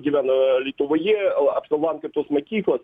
gyvena lietuvoje o apsilankė tos mokyklas